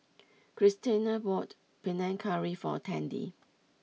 Christena bought Panang Curry for Tandy